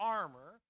armor